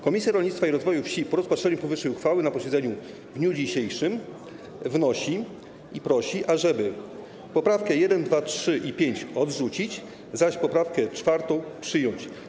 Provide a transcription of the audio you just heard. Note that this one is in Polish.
Komisja Rolnictwa i Rozwoju Wsi po rozpatrzeniu powyższej uchwały na posiedzeniu w dniu dzisiejszym wnosi i prosi, ażeby poprawki 1., 2., 3. i 5. odrzucić, zaś poprawkę 4. przyjąć.